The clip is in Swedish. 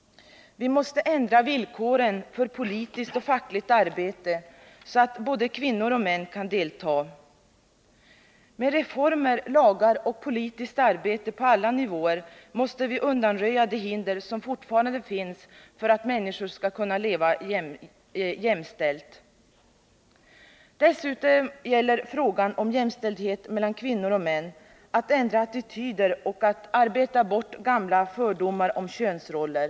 Vi måste ändra villkoren för politiskt och fackligt arbete, så att både kvinnor och män kan delta. Med reformer, lagar och politiskt arbete på alla nivåer måste vi undanröja de hinder som fortfarande finns för att människor skall kunna leva jämställt. Dessutom gäller frågan om jämställdhet mellan kvinnor och män att ändra attityder och att arbeta bort gamla fördomar om könsroller.